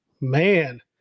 Man